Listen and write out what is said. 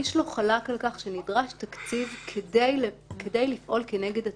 איש לא חלק על כך שנדרש תקציב כדי לפעול נגד התופעה.